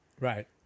Right